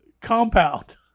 compound